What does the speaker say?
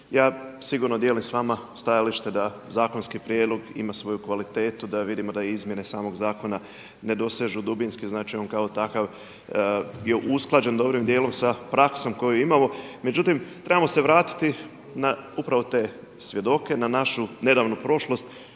ja sigurno dijelim sa vama stajalište da zakonski prijedlog ima svoju kvalitetu, da vidimo da izmjene samog zakona ne dosežu dubinski, znači on kao takav je usklađen dobrim dijelom sa praksom koju imamo. Međutim, trebamo se vratiti na upravo te svjedoke, na našu nedavnu prošlost